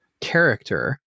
character